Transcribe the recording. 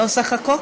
נוסח החוק,